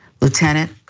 Lieutenant